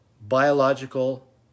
biological